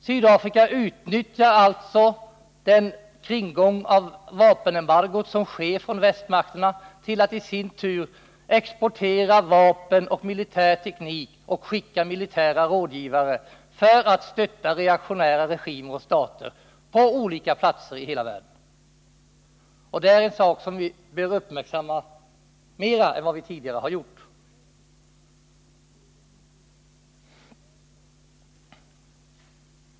Sydafrika utnyttjar alltså västmakternas kringgående av vapenembargot till att i sin tur exportera vapen och militär teknik och skicka militära rådgivare för att stötta reaktionära regimer och stater på olika platser i hela världen. Detta är något som vi bör uppmärksamma mer än vad vi tidigare har gjort.